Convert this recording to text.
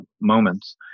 moments